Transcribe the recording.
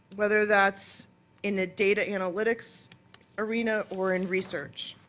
whether that's in ah data analytics arena or in research.